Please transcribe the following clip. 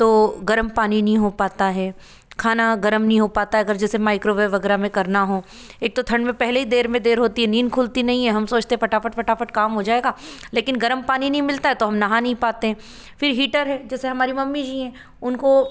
तो गर्म पानी नहीं हो पाता है खाना गर्म नहीं हो पाता अगर जैसे मैक्रोवेब वगैरह में करना हो एक तो ठंड में पहले ही देर में देर होती है नींद खुलती नहीं है हम सोचते हैं फटाफट फटाफट काम हो जाएगा लेकिन गर्म पानी नहीं मिलता है तो हम नहा नहीं पाते हैं फिर हीटर है जैसे हमारी मम्मी जी है उनको